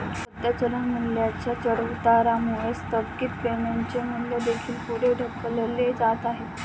सध्या चलन मूल्याच्या चढउतारामुळे स्थगित पेमेंटचे मूल्य देखील पुढे ढकलले जात आहे